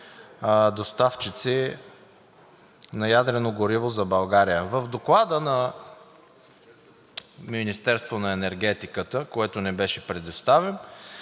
доставчици на ядрено гориво за България? В Доклада на Министерството на енергетиката, който ни беше предоставен,